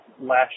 last